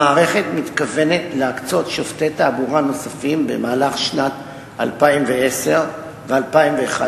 המערכת מתכוונת להקצות שופטי תעבורה נוספים במהלך השנים 2010 ו-2011.